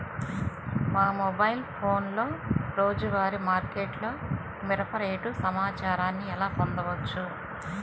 మా మొబైల్ ఫోన్లలో రోజువారీ మార్కెట్లో మిరప రేటు సమాచారాన్ని ఎలా పొందవచ్చు?